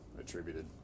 attributed